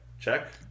Check